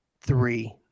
three